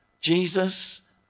Jesus